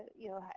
you know,